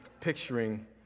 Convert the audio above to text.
picturing